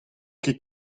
ket